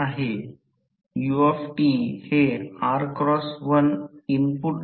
म्हणून जास्तीत जास्त कार्यक्षमतेसाठी कोर लॉस तांबे लॉस ही गोष्ट आहे